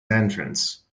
entrance